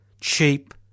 cheap